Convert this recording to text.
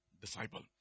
disciple